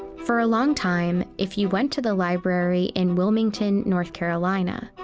for a long time, if you went to the library in wilmington, north carolina,